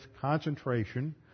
concentration